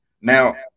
Now